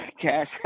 Cash